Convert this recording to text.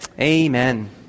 Amen